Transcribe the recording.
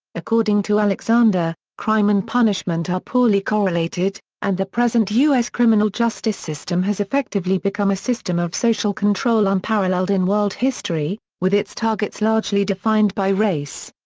according to alexander, crime and punishment are poorly correlated, and the present us criminal justice system has effectively become a system of social control unparalleled in world history, with its targets largely defined by race.